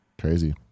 crazy